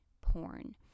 porn